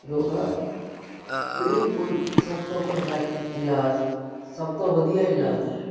ਯੋਗਾ ਬਿਲਕੁਲ ਸਭ ਤੋਂ ਪਰਫੈਕਟ ਇਲਾਜ ਸਭ ਤੋਂ ਵਧੀਆ ਇਲਾਜ ਹੈ